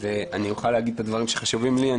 אני אוכל להגיד את הדברים שחשובים לי.